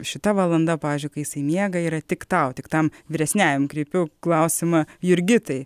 šita valanda pavyzdžiui kai jisai miega yra tik tau tik tam vyresniajam kreipiu klausimą jurgitai